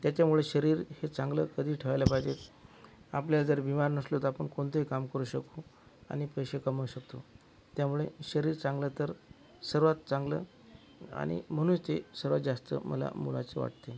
त्याच्यामुळे शरीर हे चांगलं कधीही ठेवायला पाहिजे आपल्याला जर बीमार नसलं तर आपण कोणतंही काम करू शकू आणि पैसे कमवू शकतो त्यामुळे शरीर चांगलं तर सर्वात चांगलं आणि म्हणून ते सर्वात जास्त मला मोलाचं वाटते